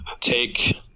take